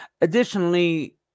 Additionally